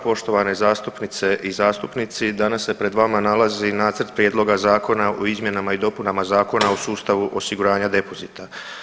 Poštovane zastupnice i zastupnici, danas se pred vama nalazi nacrt Prijedloga Zakona o izmjenama i dopunama Zakona o sustavu osiguranja depozita.